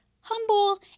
humble